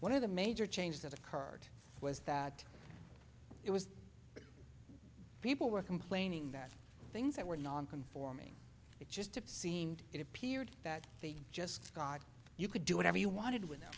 one of the major change that occurred was that it was people were complaining that things that were non conforming it just seemed it appeared that they just got you could do whatever you wanted with them